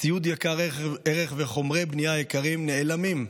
וציוד יקר ערך וחומרי בנייה יקרים נעלמים,